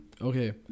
Okay